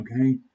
okay